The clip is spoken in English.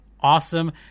awesome